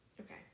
Okay